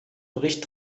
bericht